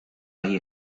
hay